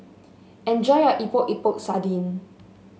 enjoy your Epok Epok Sardin